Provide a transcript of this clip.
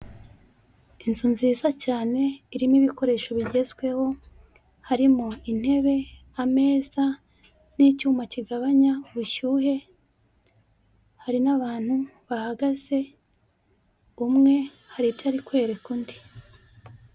Inzu nziza cyane irimo ibikoresho bigezweho, harimo intebe, ameza n'icyuma kigabanya ubushyuhe, hari n'abantu bahagaze umwe hari ibyo ari kwereka undi.